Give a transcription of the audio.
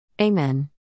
Amen